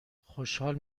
خوشحال